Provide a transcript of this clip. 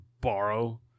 borrow